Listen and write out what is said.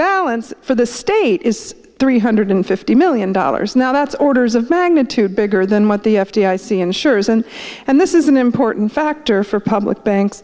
balance for the state is three hundred fifty million dollars now that's orders of magnitude bigger than what the f d a i see insurers and and this is an important factor for public banks